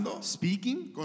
speaking